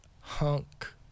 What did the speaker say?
hunk